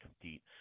compete